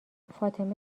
فاطمه